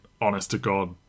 honest-to-God